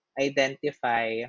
identify